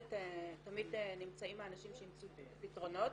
עובדת תמיד נמצאים האנשים שימצאו פתרונות,